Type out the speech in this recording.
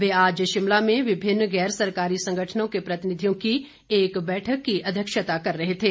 वे आज शिमला में विभिन्न गैर सरकारी संगठनों के प्रतिनिधियों की एक बैठक की अध्यक्षता कर रहे थे